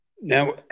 Now